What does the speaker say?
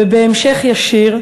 ובהמשך ישיר,